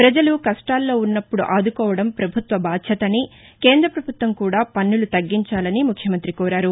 ప్రజలు కష్టాల్లో ఉన్నప్పుడు ఆదుకోవడం ప్రభుత్వ బాధ్యత అని కేంద్ర ప్రభుత్వం కూడా పన్నులు తగ్గించాలని ముఖ్యమంతి కోరారు